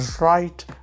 right